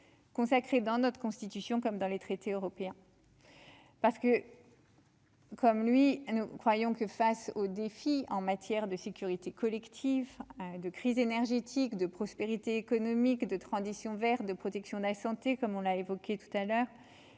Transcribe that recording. consacrée dans notre constitution, comme dans les traités européens parce que. Comme lui, nous croyons que face aux défis en matière de sécurité collective de crise énergétique de prospérité économique de transition vers de protection de la santé comme on l'a évoqué tout à l'heure,